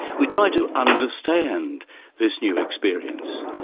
we try to understand this new experience.